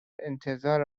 انتظار